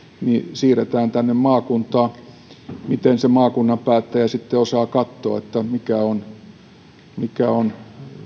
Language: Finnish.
siirretään maakuntaan miten maakunnan päättäjä sitten osaa katsoa mikä on